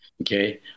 okay